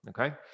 okay